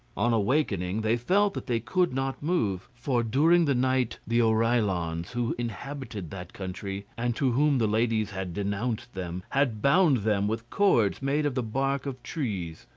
on awaking they felt that they could not move for during the night the oreillons, who inhabited that country, and to whom the ladies had denounced them, had bound them with cords made of the bark of trees.